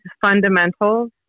fundamentals